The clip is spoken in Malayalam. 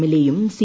എൽഎയും സി